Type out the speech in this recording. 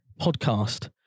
podcast